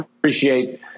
appreciate